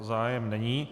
Zájem není.